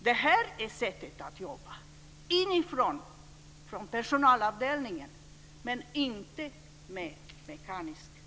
Det här är sättet att jobba - inifrån, på personalavdelningen men inte med mekanisk kvotering.